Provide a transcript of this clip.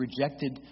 rejected